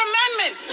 Amendment